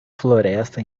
floresta